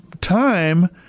time